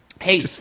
Hey